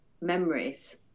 memories